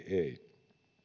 ei